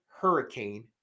hurricane